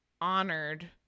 honored